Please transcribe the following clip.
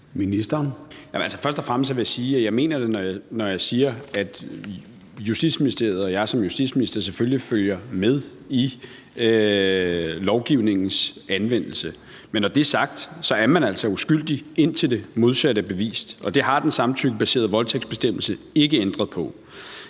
jeg mener det, når jeg siger, at Justitsministeriet og jeg som justitsminister selvfølgelig følger med i lovgivningens anvendelse. Men når det er sagt, er man altså uskyldig, indtil det modsatte er bevist, og det har den samtykkebaserede voldtægtsbestemmelse ikke ændret på.